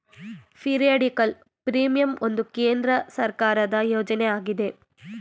periodical premium ಒಂದು ಕೇಂದ್ರ ಸರ್ಕಾರದ ಯೋಜನೆ ಆಗಿದೆ